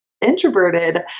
introverted